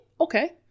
Okay